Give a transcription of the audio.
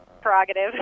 prerogative